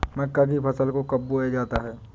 मक्का की फसल को कब बोया जाता है?